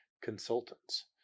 consultants